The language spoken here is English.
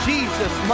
Jesus